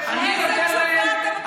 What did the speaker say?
איזו תשובה אתה מחזיר להם?